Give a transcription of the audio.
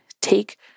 take